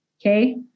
okay